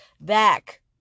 back